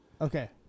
Okay